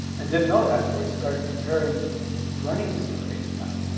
and didn't know that till we started comparing running stories,